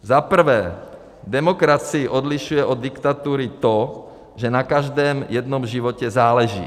Za prvé, demokracii odlišuje od diktatury to, že na každém jednom životě záleží.